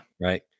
right